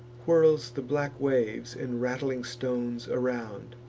whirls the black waves and rattling stones around.